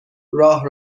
راه